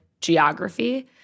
geography